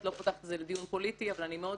- לא פותחת את זה לדיון פוליטי - אבל אני מאוד